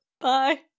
Bye